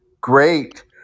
great